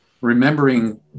remembering